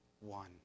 one